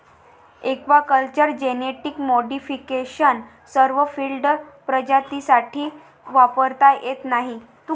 aquaculture genetic modification सर्व field प्रजातींसाठी वापरता येत नाही